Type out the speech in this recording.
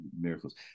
miracles